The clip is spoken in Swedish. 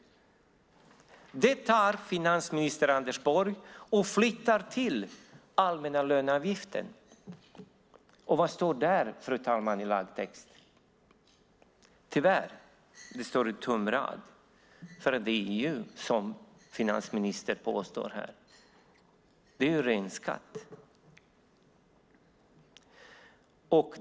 Det tar finansminister Anders Borg och flyttar till den allmänna löneavgiften. Vad står det om det i lagtexten, fru talman? Tyvärr står det en tom rad, för som finansministern påstår är det ren skatt.